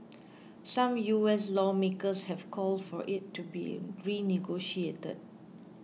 some U S lawmakers have called for it to be renegotiated